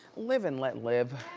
live and let live.